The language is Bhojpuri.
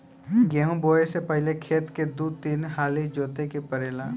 गेंहू बोऐ से पहिले खेत के दू तीन हाली जोते के पड़ेला